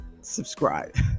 subscribe